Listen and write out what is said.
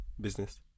business